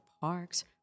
parks